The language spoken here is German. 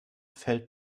fällt